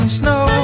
snow